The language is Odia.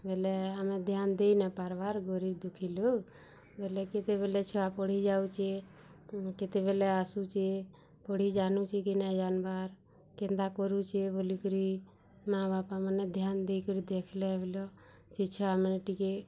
ବେଲେ ଆମେ ଧ୍ୟାନ୍ ଦେଇ ନାଇ ପାରବାର୍ ଗରୀବ୍ ଦୁଃଖୀ ଲୋକ୍ ବୋଲେ କେତେବେଲେ ଛୁଆ ପଢ଼ିଯାଉଚି କେତେବେଲେ ଆସୁଛି ପଢ଼ି ଯାନୁଛି କି ନାଇ ଜାନବାର୍ କେନ୍ତା କରୁଛେ ବୋଲିକରି ମା ବାପାମାନେ ଧ୍ୟାନ୍ ଦେଇକରି ଦେଖିଲେ ସେ ଛୁଆମାନେ ଟିକେ